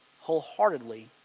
wholeheartedly